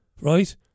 right